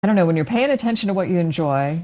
אני לא יודעת, כשאתה מתעסק במה שאתה נהנה ממנו